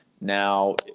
now